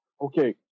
okay